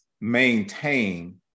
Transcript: maintain